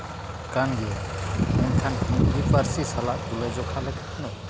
ᱠᱟᱱ ᱜᱮᱭᱟ ᱢᱮᱱᱠᱷᱟᱱ ᱦᱤᱱᱫᱤ ᱯᱟᱹᱨᱥᱤ ᱥᱟᱞᱟᱜ ᱛᱩᱞᱟᱹ ᱡᱚᱠᱷᱟ ᱞᱮᱠᱷᱟᱱ